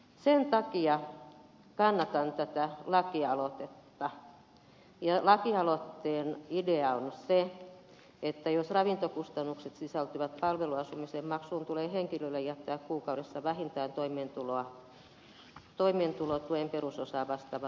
sen takia kannatan tätä lakialoitetta ja lakialoitteen idea on se että jos ravintokustannukset sisältyvät palveluasumisen maksuun tulee henkilölle jättää kuukaudessa vähintään toimeentulotuen perusosaa vastata